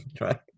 right